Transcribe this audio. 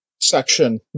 section